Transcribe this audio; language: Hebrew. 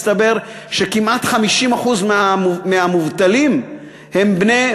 הסתבר שכמעט 50% מהמובטלים הם בני,